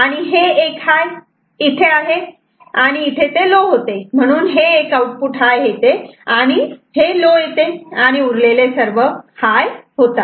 आणि हे एक हाय आहे ते इथे लो होते आहे आणि म्हणून हे एक आउटपुट हाय येते आणि हे लो येते आणि उरलेले सर्व हाय होतात